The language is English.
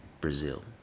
Brazil